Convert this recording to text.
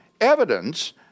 evidence